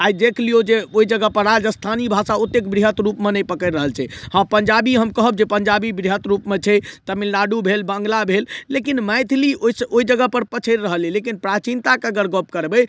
आइ देख लियौ जे ओइ जगहपर राजस्थानी भाषा ओते बृहत रूपमे नहि पकड़ि रहल छै हँ पंजाबी हम कहब जे पंजाबी बृहत रूपमे छै तमिलनाडु भेल बंगला भेल लेकिन मैथिली ओइसँ ओइ जगहपर पछड़ि रहल अछि लेकिन प्राचीनताके अगर गप्प करबय